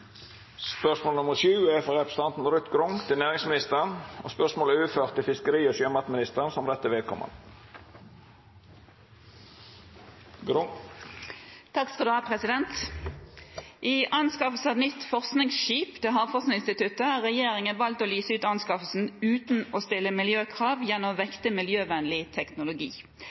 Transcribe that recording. representanten Ruth Grung til næringsministeren, er overført til fiskeri- og sjømatministeren som rette vedkomande. «I anskaffelsen av nytt forskningsskip til Havforskningsinstituttet har regjeringen valgt å lyse ut anskaffelsen uten å stille miljøkrav gjennom å vekte miljøvennlig teknologi.